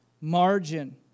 margin